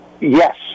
yes